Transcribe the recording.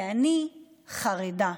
ואני חרדה.